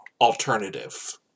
alternative